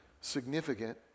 significant